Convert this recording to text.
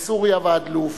מסוריה ועד לוב.